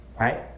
right